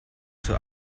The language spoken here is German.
zur